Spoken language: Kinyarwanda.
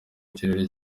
kirere